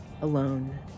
alone